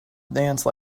dance